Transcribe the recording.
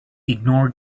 ignore